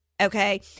Okay